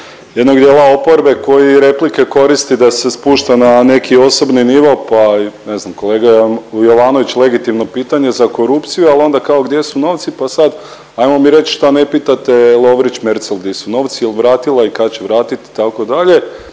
jednog dijela oporbe koji replike koristi da se spušta na neki osobni nivo, pa ne znam kolega Jovanović legitimno pitanje za korupciju. Ali onda kao gdje su novci, pa sad hajmo mi reći šta ne pitate Lovrić Merzel di su novci, jel' vratila i kad će vratiti itd.